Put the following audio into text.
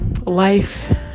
life